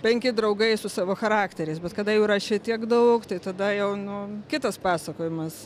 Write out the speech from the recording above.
penki draugai su savo charakteriais bet kada jau šitiek daug tai tada jau nu kitas pasakojimas